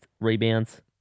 rebounds